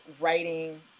writing –